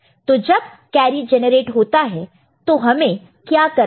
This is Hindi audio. तो जब कैरी जनरेट होता है तो हमें क्या करना है